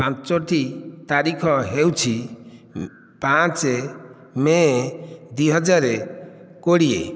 ପାଞ୍ଚୋଟି ତାରିଖ ହେଉଛି ପାଞ୍ଚ ମେ ଦୁଇହଜାର କୋଡ଼ିଏ